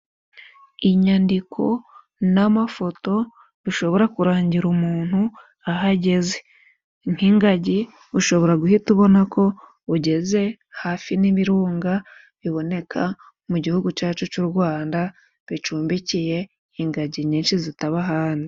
Inyandiko n'amafoto bishobora kurangira umuntu aho ageze Nk'ingagi ushobora guhita ubona ko ugeze hafi n'ibirunga biboneka mu gihugu cyacu cy'u Rwanda bicumbikiye ingagi nyinshi zitaba ahandi.